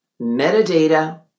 Metadata